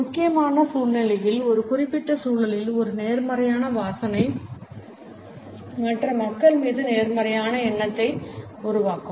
ஒரு முக்கியமான சூழ்நிலையில் ஒரு குறிப்பிட்ட சூழலில் ஒரு நேர்மறையான வாசனை மற்ற மக்கள் மீது நேர்மறையான எண்ணத்தை உருவாக்கும்